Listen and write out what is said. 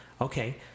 okay